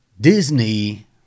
Disney